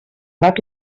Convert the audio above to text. bat